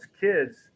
kids